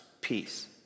peace